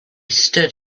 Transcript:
stood